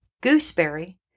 gooseberry